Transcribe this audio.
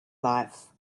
life